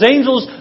Angels